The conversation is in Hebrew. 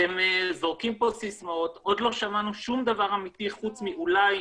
אתם זורקים פה סיסמאות ועוד לא שמענו שום דבר אמתי חוץ מ"אולי",